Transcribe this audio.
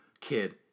kid